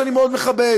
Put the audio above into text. שאני מאוד מכבד,